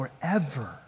forever